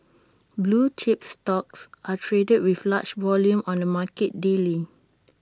blue chips stocks are traded with large volume on the market daily